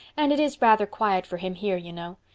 and it is rather quiet for him here, you know.